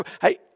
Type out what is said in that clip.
Hey